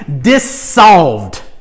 dissolved